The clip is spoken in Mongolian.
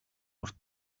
урт